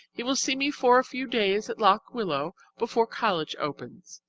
he will see me for a few days at lock willow before college opens,